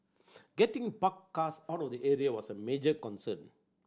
getting parked cars out of the area was a major concern